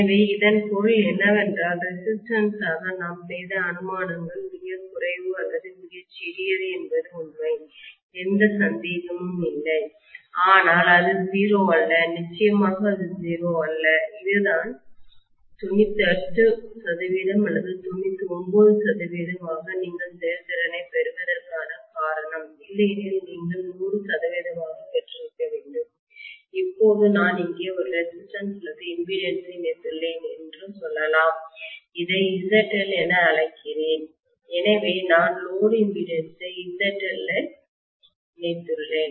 எனவே இதன் பொருள் என்னவென்றால் ரெசிஸ்டன்ஸ் ஆக நாம் செய்த அனுமானங்கள் மிகக் குறைவு அல்லது மிகச் சிறியது என்பது உண்மை எந்த சந்தேகமும் இல்லை ஆனால் அது 0 அல்ல நிச்சயமாக அது 0 அல்ல இதுதான் 98 அல்லது 99 ஆக நீங்கள் செயல்திறனைப் பெறுவதற்கான காரணம் இல்லையெனில் நீங்கள் நூறு சதவிகிதமாக பெற்று இருக்க வேண்டும் இப்போது நான் இங்கே ஒரு ரெசிஸ்டன்ஸ் அல்லது இம்பிடிடன்ஸ் ஐ இணைத்துள்ளேன் என்று சொல்லலாம் இதை ZL என அழைக்கிறேன் எனவே நான் லோடு இம்பிடிடன்ஸ் ZL ஐ இணைத்துள்ளேன்